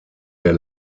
der